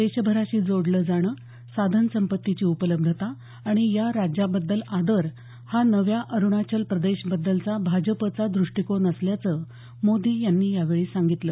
देशभराशी जोडलं जाणं साधन संपत्तीची उपलब्धता आणि या राज्याबद्दल आदर हा नव्या अरुणाचल प्रदेशाबद्दलचा भाजपचा द्रष्टीकोन असल्याचं मोदी यांनी यावेळी सांगितलं